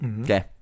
Okay